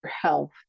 health